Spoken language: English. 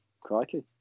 Crikey